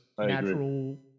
natural